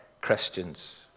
Christians